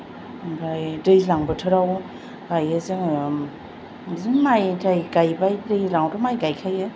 ओमफाय दैज्लां बोथोराव गायो जोङो बिदिनो माइ थाय गायबाय दैज्लांआवथ' माइ गायखायो